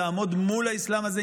לעמוד מול האסלאם הזה.